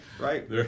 Right